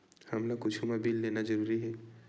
हमला कुछु मा बिल लेना जरूरी हे?